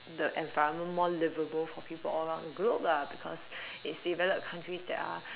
the environment more livable for people all around the globe lah because it's developed countries that are